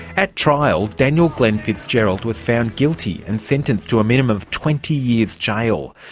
at trial, daniel glenn fitzgerald was found guilty and sentenced to a minimum of twenty years jail.